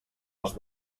els